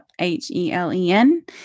H-E-L-E-N